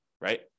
right